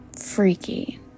Freaky